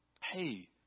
Hey